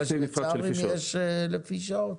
וגם לשוויצרים יש לפי שעות?